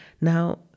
Now